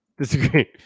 Disagree